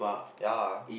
ya